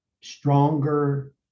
stronger